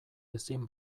ezin